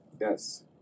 Yes